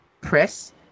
press